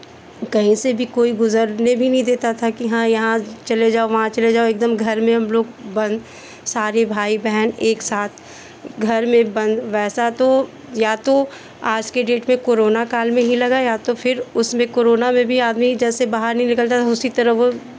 कहीं से भी कोई गुज़रने भी नहीं देता था कि हाँ यहाँ चले जाओ वहाँ चले जाओ एकदम घर में हम लोग बंद सारे भाई बहन एक साथ घर में बंद वैसा तो या तो आज के डेट में कोरोना काल में ही लगा या तो फिर उसमें कोरोना में भी आदमी जैसे बाहर नहीं निकलता था उसी तरह वो